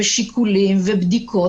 ושיקולים ובדיקות.